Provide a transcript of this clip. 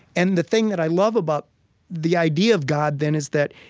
and the thing that i love about the idea of god, then, is that,